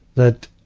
that,